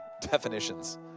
definitions